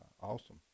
awesome